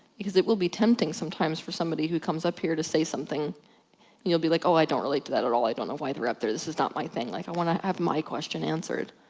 because it will be tempting sometimes for somebody who comes up here to say something, and you'll be like oh i don't relate to that at all. i don't know why they're up there. this is not my thing. like i wanna have my question answered.